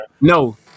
No